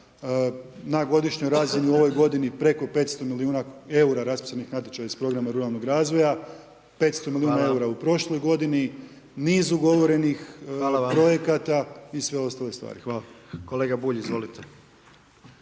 na godišnjoj razini u ovoj godini preko 500 milijuna eura raspisanih natječaja iz programa ruralnog razvoja, 500 milijuna eura u prošloj godini, niz ugovorenih projekata i sve ostale stvari. Hvala. **Jandroković,